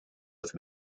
with